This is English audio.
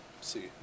See